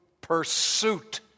pursuit